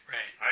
Right